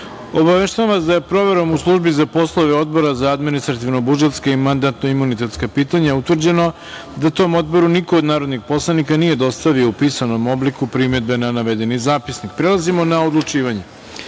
sednice. Obaveštavam vas da je proverom u službi za poslove Odbora za administrativno-budžetska i mandantno-imunitetska pitanja utvrđeno da tom odboru niko od narodnih poslanika nije dostavio u pisanom obliku primedbe na navedeni zapisnik. Prelazimo na odlučivanje. Stavljam